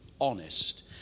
honest